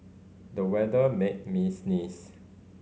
the weather made me sneeze